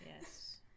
Yes